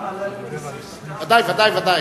גם על, ודאי, ודאי.